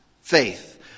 faith